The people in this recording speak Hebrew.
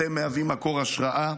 אתם מהווים מקור השראה.